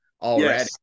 already